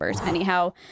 Anyhow